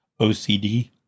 OCD